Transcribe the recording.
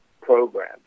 program